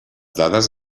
dades